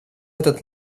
этот